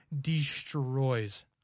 destroys